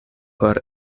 por